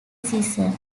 season